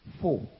Four